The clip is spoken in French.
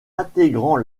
intégrant